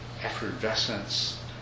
effervescence